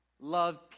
love